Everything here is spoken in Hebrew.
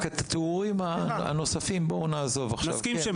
רק בואו נעזוב עכשיו את התיאורים הנוספים.